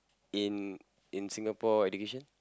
in in Singapore education